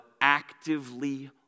actively